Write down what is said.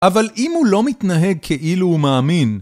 אבל אם הוא לא מתנהג כאילו הוא מאמין